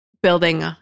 building